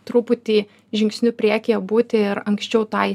truputį žingsniu priekyje būti ir anksčiau tai